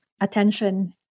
attention